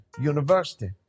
university